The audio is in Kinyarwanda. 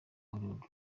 hollywood